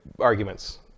arguments